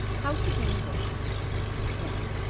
how to gain weight one.